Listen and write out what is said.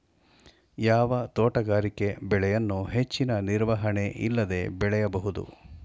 ಯಾವ ತೋಟಗಾರಿಕೆ ಬೆಳೆಯನ್ನು ಹೆಚ್ಚಿನ ನಿರ್ವಹಣೆ ಇಲ್ಲದೆ ಬೆಳೆಯಬಹುದು?